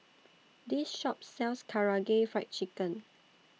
This Shop sells Karaage Fried Chicken